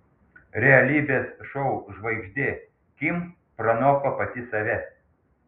realybės šou žvaigždė kim pranoko pati save